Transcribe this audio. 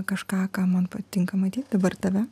kažką ką man patinka matyt dabar tave